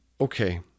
okay